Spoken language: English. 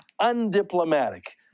undiplomatic